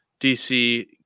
DC